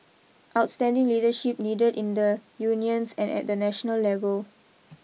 outstanding leadership needed in the unions and at the national level